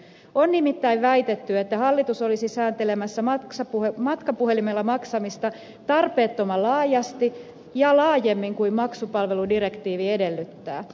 on nimittäin väitetty että hallitus olisi sääntelemässä matkapuhelimella maksamista tarpeettoman laajasti ja laajemmin kuin maksupalveludirektiivi edellyttää